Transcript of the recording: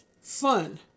fun